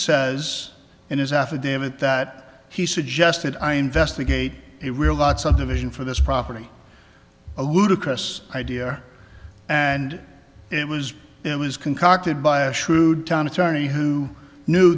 says in his affidavit that he suggested i investigate he regards some division for this property a ludicrous idea and it was it was concocted by a shrewd town attorney who knew